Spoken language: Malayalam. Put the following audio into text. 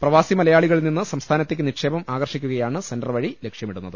പ്രവാസി മലയാളികളിൽനിന്ന് സംസ്ഥാനത്തേയ്ക്ക് നിക്ഷേപം ആകർഷിക്കുകയാണ് സെന്റർ വഴി ലക്ഷ്യമിടുന്നത്